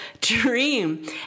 dream